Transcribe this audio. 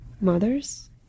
mothers